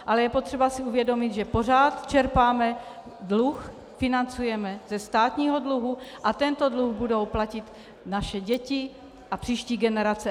Ale je potřeba si uvědomit, že pořád čerpáme dluh, financujeme ze státního dluhu, a tento dluh budou platit naše děti a příští generace.